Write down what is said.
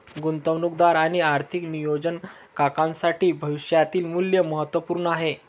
गुंतवणूकदार आणि आर्थिक नियोजन काकांसाठी भविष्यातील मूल्य महत्त्वपूर्ण आहे